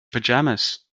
pyjamas